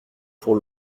pour